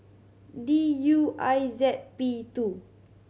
D U I Z P two